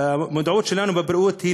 המודעות שלנו לבריאות לקויה,